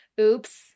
Oops